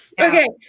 Okay